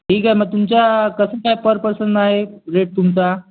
ठीक आहे मग तुमचा कसं काय पर पर्सन आहे रेट तुमचा